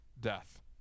death